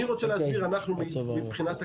אני רוצה להסביר, אנחנו מבחינת הקבלנים,